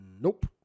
Nope